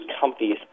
companies